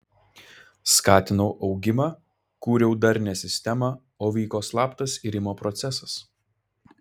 skatinau augimą kūriau darnią sistemą o vyko slaptas irimo procesas